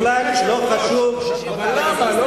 בכלל לא חשוב, אדוני היושב-ראש, למה?